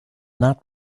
that